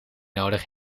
nodig